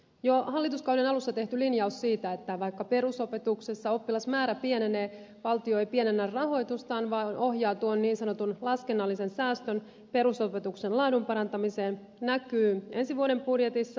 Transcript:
jo hallituskauden alussa tehty linjaus siitä että vaikka perusopetuksessa oppilasmäärä pienenee valtio ei pienennä rahoitustaan vaan ohjaa tuon niin sanotun laskennallisen säästön perusopetuksen laadun parantamiseen näkyy ensi vuoden budjetissa